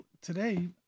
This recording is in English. today